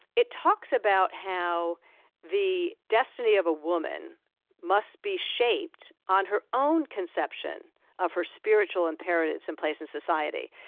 it talks about how the destiny of a woman must be shaped on her own conception of her spiritual imperatives in place in society,